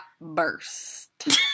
burst